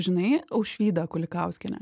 žinai aušvydą kulikauskienę